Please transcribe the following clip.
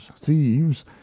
thieves